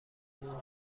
مون